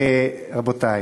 רבותי,